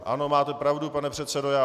Ano, máte pravdu, pane předsedo.